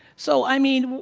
so i mean,